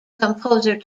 composer